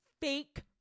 fake